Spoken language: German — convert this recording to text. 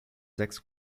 sechs